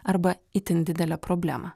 arba itin didelę problemą